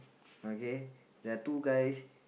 okay there are two guys